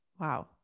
Wow